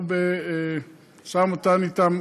אנחנו במשא-ומתן אתם,